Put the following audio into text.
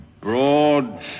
broad